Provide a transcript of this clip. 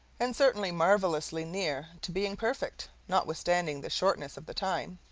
and certainly marvelously near to being perfect, notwithstanding the shortness of the time.